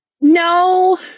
No